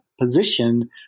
position